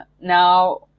now